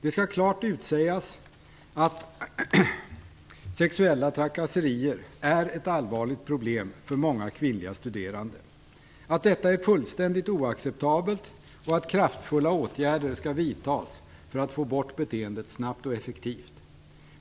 Det skall klart utsägas att sexuella trakasserier är ett allvarligt problem för många kvinnliga studerande, att detta är fullständigt oacceptabelt och att kraftfulla åtgärder skall vidtas för att få bort beteendet snabbt och effektivt.